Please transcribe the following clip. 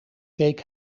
keek